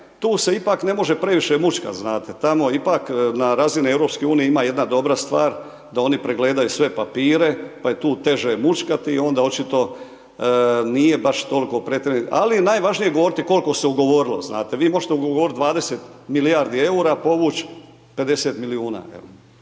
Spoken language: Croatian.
tu se ipak ne može previše mućkat, znate, tamo ipak na razini EU ima jedna dobra stvar da oni pregledaju sve papire, pa je tu teže mućkati i onda očito nije baš toliko, ali najvažnije je govoriti koliko se ugovorilo znate, vi možete ugovorit 20 milijardi EUR-a, povuć 50 milijuna,